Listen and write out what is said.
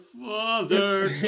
father